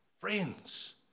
friends